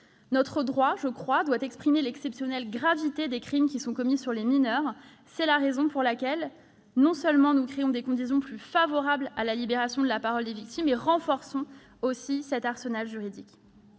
Notre droit, je le crois, doit reconnaître l'exceptionnelle gravité des crimes qui sont commis sur les mineurs. C'est pourquoi non seulement nous créons des conditions plus favorables à la libération de la parole des victimes, mais encore nous renforçons cet arsenal juridique.